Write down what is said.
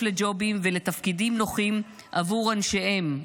לג'ובים ולתפקידים נוחים עבור אנשיהם של